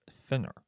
Thinner